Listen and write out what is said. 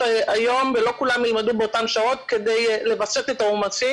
היום ולא שכולם ילמדו באותן שעות כדי לווסת את העומס,